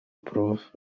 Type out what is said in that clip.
prof